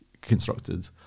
constructed